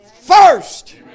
First